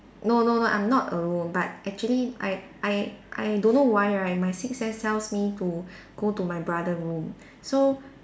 no no no I'm not alone but actually I I I don't know why right my sixth sense tells me to go to my brother room so